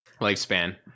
lifespan